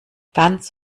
ganz